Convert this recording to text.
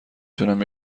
تونم